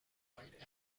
wait